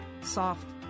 soft